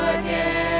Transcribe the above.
again